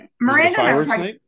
Miranda